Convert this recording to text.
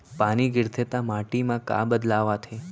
पानी गिरथे ता माटी मा का बदलाव आथे?